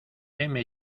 heme